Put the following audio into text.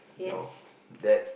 no that